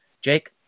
Jake